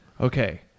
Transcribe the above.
Okay